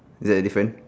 is there a different